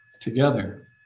together